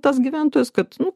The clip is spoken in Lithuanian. tas gyventojas kad nu